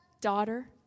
Daughter